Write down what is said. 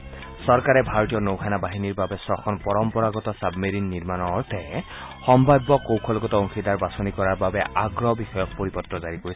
চৰকাৰে ভাৰতীয় নৌসেনা বাহিনীৰ বাবে ছখন পৰম্পৰাগত ছাবমেৰিন নিৰ্মাণৰ অৰ্থে সম্ভাব্য কৌশলগত অংশীদাৰ বাছনি কৰাৰ বাবে আগ্ৰহবিষয়ক পৰিপত্ৰ জাৰি কৰিছে